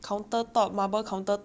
can host house parties